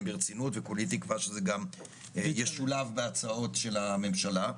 ברצינות וכולי תקווה שזה גם ישולב בהצעות של הממשלה.